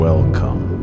Welcome